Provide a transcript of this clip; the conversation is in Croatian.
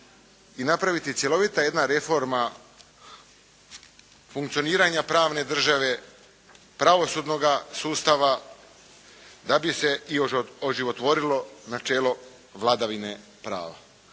i napraviti cjelovita jedna reforma funkcioniranja pravne države, pravosudnoga sustava da bi se i oživotvorilo načelo vladavine prava.